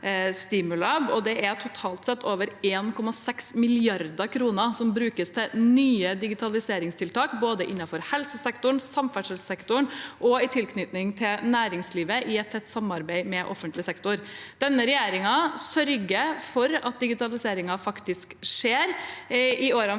det er totalt sett over 1,6 mrd. kr som brukes til nye digitaliseringstiltak både innenfor helsesektoren, innenfor samferdselssektoren og i tilknytning til næringslivet i et tett samarbeid med offentlig sektor. Denne regjeringen sørger for at digitaliseringen faktisk skjer. I årene framover